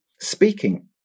speaking